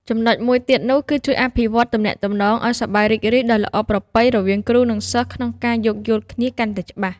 ចំណុចមួយទៀតនោះ គឺជួយអភិវឌ្ឍទំនាក់ទំនងឱ្យសប្បាយរីករាយដោយល្អប្រពៃរវាងគ្រូនិងសិស្សក្នុងការយោគយល់គ្នាកាន់តែច្បាស់។